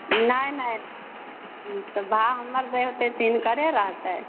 नहि नहि हूँ तऽ भाव हमर जे होतै से हिनकरे रहतै